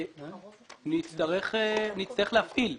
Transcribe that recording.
נצטרך להפעיל.